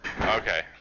Okay